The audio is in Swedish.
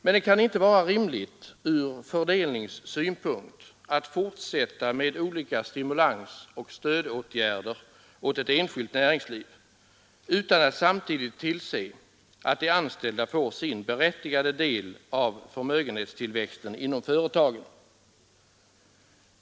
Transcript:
Men det kan inte vara rimligt ur fördelningssynpunkt att fortsätta med olika stimulansoch stödåtgärder åt ett enskilt näringsliv utan att samtidigt tillse att de anställda får sin berättigade del av förmögenhetstillväxten inom företagen.